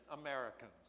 Americans